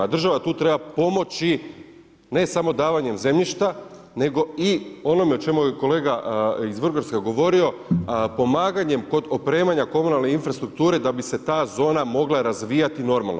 Država tu treba pomoći, ne samo davanjem zemljišta nego i o onome o čemu je kolega iz Vrgorca govorio, pomaganjem kod opremanja komunalne infrastrukture da bi se ta zona mogla razvijati normalno.